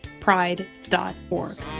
pride.org